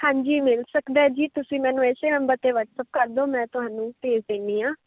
ਹਾਂਜੀ ਮਿਲ ਸਕਦਾ ਜੀ ਤੁਸੀਂ ਮੈਨੂੰ ਇਸ ਨੰਬਰ 'ਤੇ ਵਟਸਐਪ ਕਰ ਦਿਓ ਮੈਂ ਤੁਹਾਨੂੰ ਭੇਜ ਦਿੰਦੀ ਹਾਂ